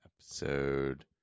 episode